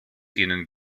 ihnen